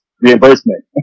reimbursement